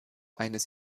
eines